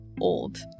old